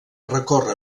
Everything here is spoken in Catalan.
recorre